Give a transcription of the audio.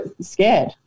scared